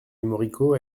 moricaud